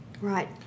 Right